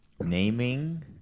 naming